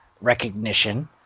recognition